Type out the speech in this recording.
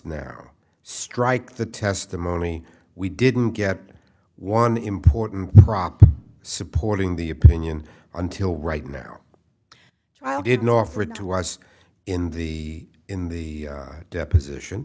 now strike the testimony we didn't get one important supporting the opinion until right now trial did not offer it to us in the in the deposition